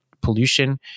pollution